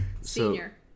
senior